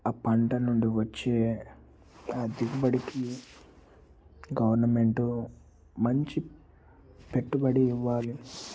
ఆ పంట నుండి వచ్చే ఆ దిగుబడికి గవర్నమెంటు మంచి పెట్టుబడి ఇవ్వాలి